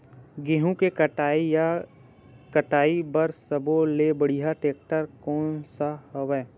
गेहूं के कटाई या कटाई बर सब्बो ले बढ़िया टेक्टर कोन सा हवय?